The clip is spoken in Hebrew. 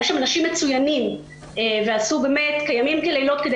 היו שם אנשים מצוינים, ועשו לילות כימים כדי